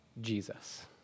Jesus